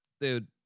dude